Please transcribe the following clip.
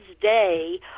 Day